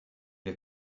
est